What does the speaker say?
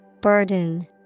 Burden